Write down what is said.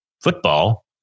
football